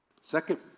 Second